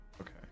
Okay